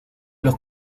los